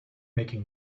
making